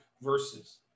verses